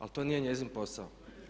Ali to nije njezin posao.